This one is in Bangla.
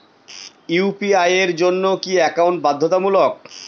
ইউ.পি.আই এর জন্য কি একাউন্ট বাধ্যতামূলক?